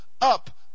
up